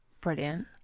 Brilliant